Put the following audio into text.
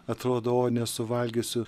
atrodo o nesuvalgysiu